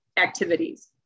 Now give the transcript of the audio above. activities